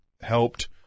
Helped